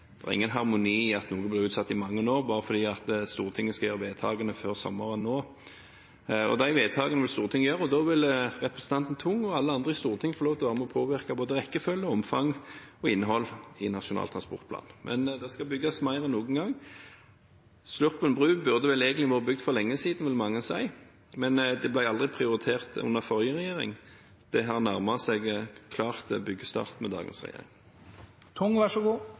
er ingen harmoni i at noe blir utsatt i mange år bare fordi Stortinget skal gjøre vedtakene nå, før sommeren. De vedtakene må Stortinget gjøre, og da vil representanten Tung og alle andre i Stortinget få lov til å være med og påvirke både rekkefølge, omfang og innhold i Nasjonal transportplan. Men det skal bygges mer enn noen gang. Sluppen bru burde vel egentlig vært bygd for lenge siden, vil mange si, men det ble aldri prioritert under forrige regjering. Det har klart nærmet seg byggestart med dagens regjering.